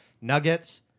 Nuggets